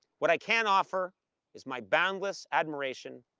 what i can offer is my boundless admiration,